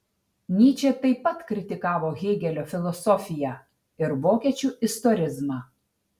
nyčė taip pat kritikavo hėgelio filosofiją ir vokiečių istorizmą